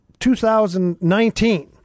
2019